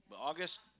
August